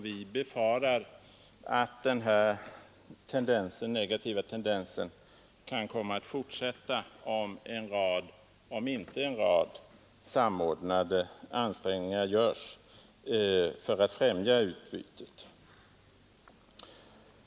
Vi befarar att denna negativa tendens kan komma att fortsätta om inte en rad samordnade ansträngningar görs för att främja utbytet.